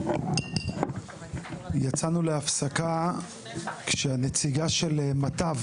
יצאנו להפסקה כשהנציגה של מטב